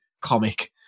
comic